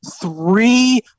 three